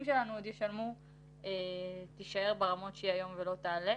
שלנו עוד ישלמו תישאר ברמות שהיא היום ולא תעלה,